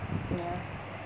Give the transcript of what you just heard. ya